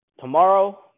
Tomorrow